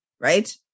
right